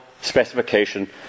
specification